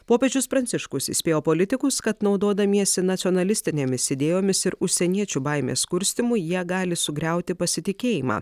popiežius pranciškus įspėjo politikus kad naudodamiesi nacionalistinėmis idėjomis ir užsieniečių baimės kurstymu jie gali sugriauti pasitikėjimą